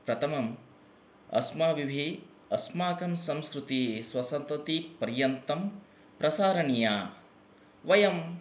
प्रथमम् अस्माभिः अस्माकं संस्कृति स्वसत्तति पर्यन्तं प्रसारणीया वयं